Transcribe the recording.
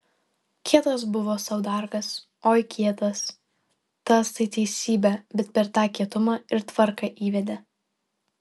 kietas buvo saudargas oi kietas tas tai teisybė bet per tą kietumą ir tvarką įvedė